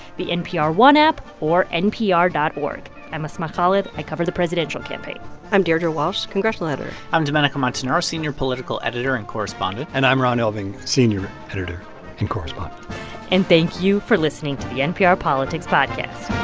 the npr one app or npr dot org. i'm asma khalid. i cover the presidential campaign i'm deirdre walsh, congressional editor i'm domenico montanaro, senior political editor and correspondent and i'm ron elving, senior editor and correspondent and thank you for listening to the npr politics podcast